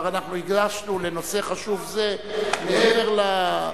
הקדשנו לנושא חשוב זה מעבר לזמן.